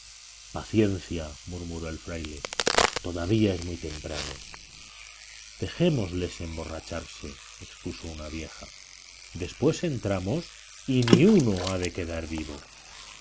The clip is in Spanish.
paciencia murmuró el fraile todavía es muy temprano dejémosles emborracharse expuso una vieja después entramos y ni uno ha de quedar vivo